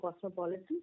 Cosmopolitan